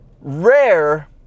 rare